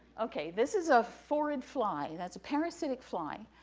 okay, this is a forward fly, that's a parasitic fly,